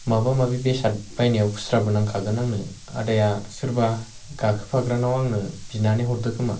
माबा माबि बेसाद बायनायाव खुस्राबो नांखागोन आंनो आदाया सोरबा गाखोफाग्रानाव आंनो बिनानै हरदो खोमा